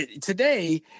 today